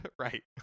Right